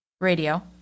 Radio